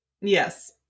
Yes